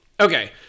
okay